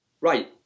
right